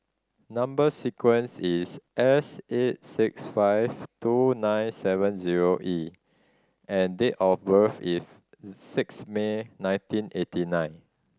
number sequence is S eight six five two nine seven zero E and date of birth is six May nineteen eighty nine